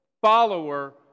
follower